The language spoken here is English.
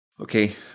Okay